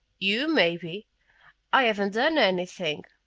you, maybe. i haven't done anything.